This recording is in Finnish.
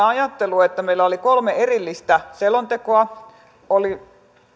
ajattelu että meillä oli kolme erillistä selontekoa oli